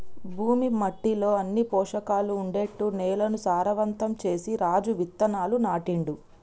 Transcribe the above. భూమి మట్టిలో అన్ని పోషకాలు ఉండేట్టు నేలను సారవంతం చేసి రాజు విత్తనాలు నాటిండు